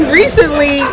recently